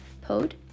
pod